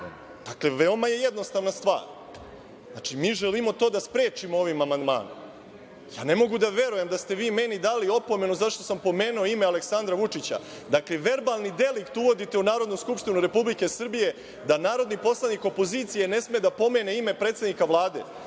Dakle, veoma je jednostavna stvar. Znači, mi želimo to da sprečimo ovim amandmanom. Ja ne mogu da verujem da ste vi meni dali opomenu zato što sam pomenuo ime Aleksandra Vučića. Dakle, verbalni delikt uvodite u Narodnu skupštinu Republike Srbije da narodni poslanik opozicije ne sme da pomene ime predsednika Vlade.